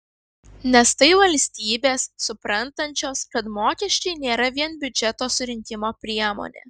nes tai valstybės suprantančios kad mokesčiai nėra vien biudžeto surinkimo priemonė